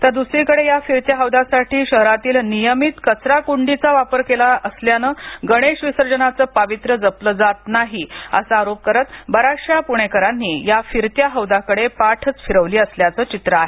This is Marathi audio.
तर दुसरीकडे या फिरत्या हौदासाठी शहरातील नियमित कचरा कुंडीचा वापर केला असल्यानं गणेश विसर्जनाचे पावित्र्य जपलं जात नाही असा आरोप करत बऱ्याचशा पुणेकरांनी या फिरत्या हौदाकडे पाठच फिरवली असल्याचं चित्र आहे